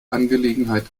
angelegenheit